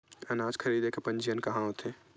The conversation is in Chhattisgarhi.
अनाज खरीदे के पंजीयन कहां होथे?